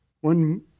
One